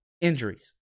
Injuries